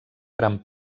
gran